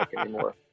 anymore